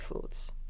foods